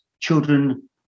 children